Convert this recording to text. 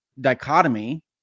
dichotomy